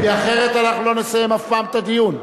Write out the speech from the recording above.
כי אחרת אנחנו לא נסיים אף פעם את הדיון.